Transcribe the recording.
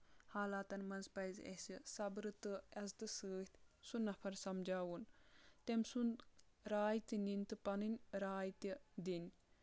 حالاتَن منٛز پَزِ اَسہِ صبرٕ تہٕ عزتہٕ سۭتۍ سُہ نفر سَمجاوُن تٔمۍ سُنٛد راے تہِ نِنۍ تہٕ پَنٕنۍ راے تہِ دِنۍ